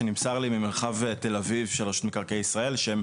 שנמסר לי ממרחב תל אביב של רשות מקרקעי ישראל שהם